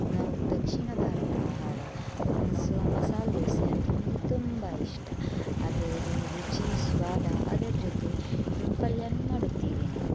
ನಾವು ದಕ್ಷಿಣ ಭಾರತ ಆಹಾರ ಸೊ ಮಸಾಲೆದೋಸೆ ಅಂತು ನನಗೆ ತುಂಬ ಇಷ್ಟ ಅದರದ್ದು ರುಚಿ ಸ್ವಾದ ಅದರ ಜೊತೆ ಪಲ್ಯನು ಮಾಡುತ್ತೀವಿ ನಾವು